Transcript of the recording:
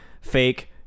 fake